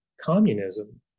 communism